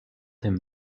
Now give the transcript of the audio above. him